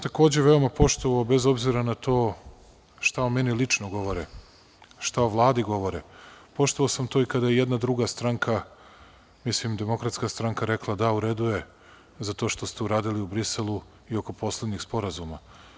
Takođe sam veoma poštovao, bez obzira na to šta o meni lično govore, šta o Vladi govore, poštovao sam to i kada je jedna druga stranka, mislim DS, rekla – da, u redu je za to što ste uradili u Briselu i oko poslednjeg sporazuma.